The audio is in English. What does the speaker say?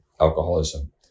alcoholism